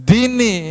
Dini